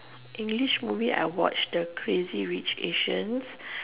English movie I watched the crazy rich Asians